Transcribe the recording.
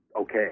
okay